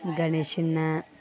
ಗಣೇಶನ್ನಾ